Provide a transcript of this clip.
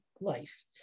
life